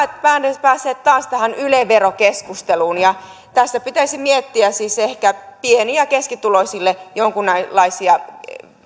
päässeet päässeet taas tähän yle verokeskusteluun tässä pitäisi miettiä siis ehkä pieni ja keskituloisille jonkunlaisia